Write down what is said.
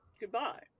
Goodbye